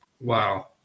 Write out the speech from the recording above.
Wow